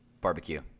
barbecue